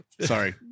Sorry